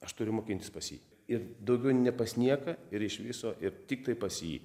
aš turiu mokintis pas jį ir daugiau ne pas nieką ir iš viso ir tiktai pas jį